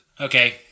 Okay